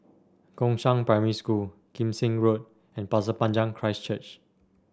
Gongshang Primary School Kim Seng Road and Pasir Panjang Christ Church